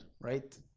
right